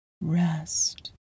Rest